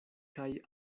kaj